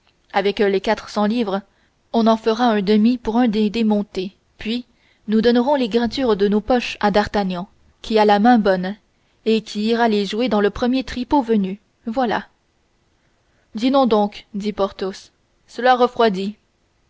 avec les quatre cents livres on en fera un demi pour un des démontés puis nous donnerons les grattures de nos poches à d'artagnan qui a la main bonne et qui ira les jouer dans le premier tripot venu voilà dînons donc dit porthos cela refroidit